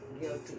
guilty